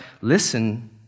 Listen